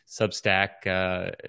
Substack